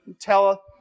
tell